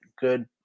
good